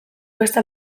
beste